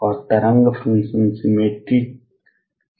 और तरंग function symmetric नहीं है